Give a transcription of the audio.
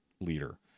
leader